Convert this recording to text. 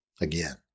Again